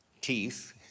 Teeth